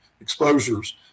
exposures